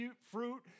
fruit